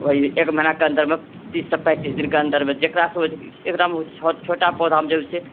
एक महीनाके अन्दरमे तीससँ पैंतीस दिनके अन्दरमे जकरासँ होइ छै एकरामे छोटा पौधा जे होइत छै